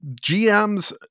GM's